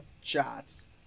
shots